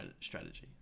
strategy